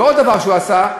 ועוד דבר הוא עשה,